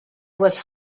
was